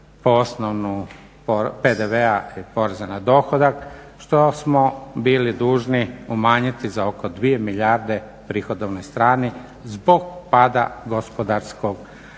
osnovu PDV-a i poreza na dohodak što smo bili dužni umanjiti za oko 2 milijarde na prihodovnoj strani zbog pada gospodarskog rasta